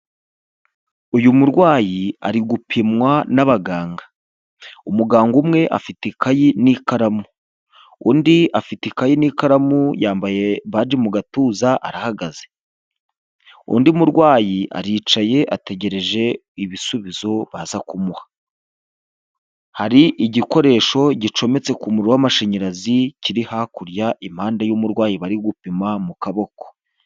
Uyu murwayi ari gupimwa n'abaganga. Umuganga umwe afite ikayi n'ikaramu, undi afite ikayi n'ikaramu yambaye baji mu gatuza arahagaze. Undi murwayi aricaye ategereje ibisubizo baza kumuha. Hari igikoresho gicometse ku muriro w'amashanyarazi kiri hakurya impande y'umurwayi bari gupima mu kaboko.